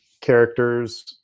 characters